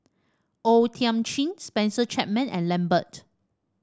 O Thiam Chin Spencer Chapman and Lambert